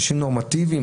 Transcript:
אנשים נורמטיביים,